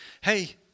hey